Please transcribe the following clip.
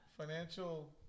financial